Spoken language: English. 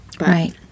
Right